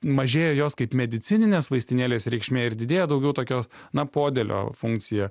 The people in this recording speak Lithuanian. mažėja jos kaip medicininės vaistinėlės reikšmė ir didėja daugiau tokio na podėlio funkcija